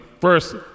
first